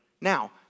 Now